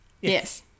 Yes